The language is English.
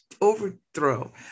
overthrow